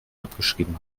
abgeschrieben